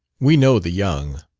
we know the young.